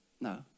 No